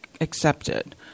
accepted